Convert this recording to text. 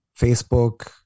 Facebook